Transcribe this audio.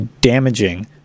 damaging